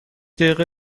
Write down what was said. دقیقه